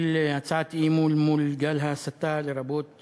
הצעת אי-אמון מול גל ההסתה, לרבות